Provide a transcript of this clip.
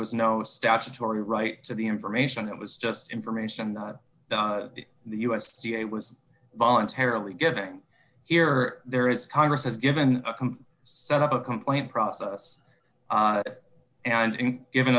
was no statutory right to the information it was just information that the u s d a was voluntarily giving here there is congress has given set up a complaint process and given